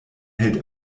hält